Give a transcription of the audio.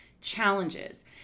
challenges